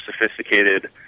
sophisticated